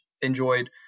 enjoyed